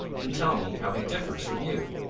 and tell me how he differs from you.